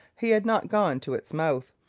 he had not gone to its mouth,